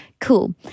Cool